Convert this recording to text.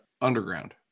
underground